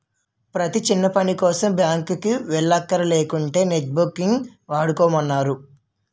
ప్రతీ చిన్నపనికోసం బాంకుకి వెల్లక్కర లేకుంటా నెట్ బాంకింగ్ వాడుకోమన్నారు